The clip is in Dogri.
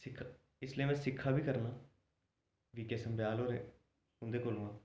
इसलै में सिक्खाै बी करना पी के सम्याल होरें उं'दे कोला